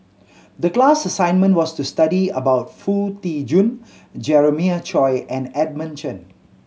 the class assignment was to study about Foo Tee Jun Jeremiah Choy and Edmund Chen